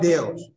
Deus